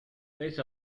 ليس